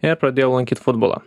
ir pradėjau lankyt futbolą